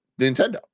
Nintendo